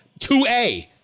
2A